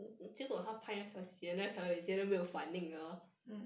mm